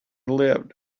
live